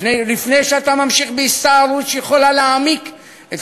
לפני שאתה ממשיך בהסתערות שיכולה להעמיק את